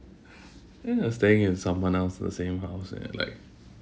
ya staying with someone else in the same house and then like